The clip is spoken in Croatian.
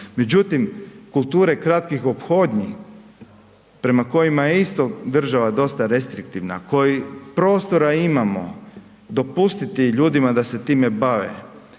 međutim kulture kratkih ophodnji prema kojima je isto država dosta restriktivna koji prostora imamo, dopustiti ljudima da se time bave,